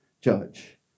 judge